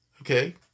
Okay